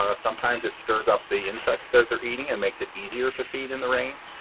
ah sometimes it stirs up the insects that they're eating and makes it easier to feed in the rain.